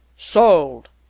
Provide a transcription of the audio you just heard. Sold